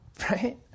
right